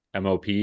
MOP